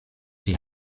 die